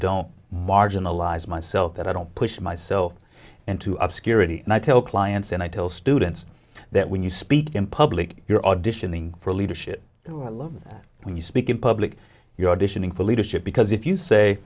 don't marginalize myself that i don't push myself into obscurity and i tell clients and i tell students that when you speak in public you're auditioning for leadership when you speak in public you're auditioning for leadership because if you say